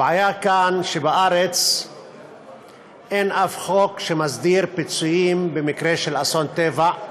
הבעיה היא שבארץ אין שום חוק שמסדיר פיצויים במקרה של אסון טבע,